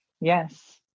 Yes